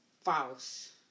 false